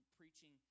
preaching